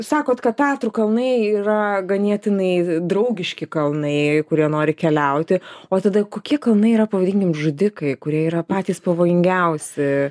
sakot kad tatrų kalnai yra ganėtinai draugiški kalnai kurie nori keliauti o tada kokie kalnai yra pavadinkim žudikai kurie yra patys pavojingiausi